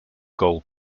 goal